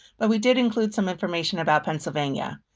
but we did include some information about pennsylvania.